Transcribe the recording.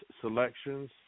selections